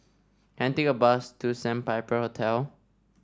can I take a bus to Sandpiper Hotel